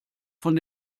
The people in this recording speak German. von